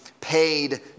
paid